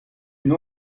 une